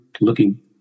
looking